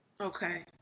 Okay